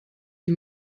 wie